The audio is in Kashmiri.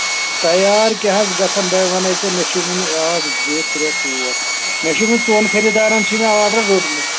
تۄہہِ یارٕ کیٛاہ حظ گژھان بہٕ وَنے ژےٚ مےٚ چھُ ؤنہِ اکھ زٕ ترٛےٚ ژور مےٚ چھُے یِمن ژۅن خٔریٖدارَن چھُے مےٚ آرڈر روٚٹمُت